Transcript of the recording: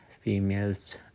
females